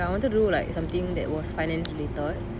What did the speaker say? ya I wanted to do like something that was finance related